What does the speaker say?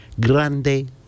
Grande